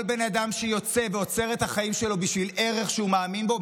כל בן אדם שיוצא ועוצר את החיים שלו בשביל ערך שהוא מאמין בו,